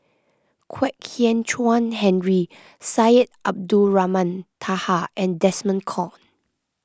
Kwek Hian Chuan Henry Syed Abdulrahman Taha and Desmond Kon